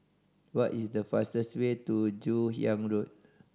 what is the fastest way to Joon Hiang Road